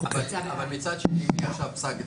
אבל מצד שני יש לך פסק דין.